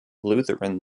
lutheran